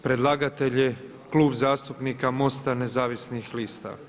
Predlagatelj je Klub zastupnika MOST-a Nezavisnih lista.